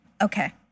Okay